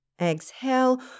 Exhale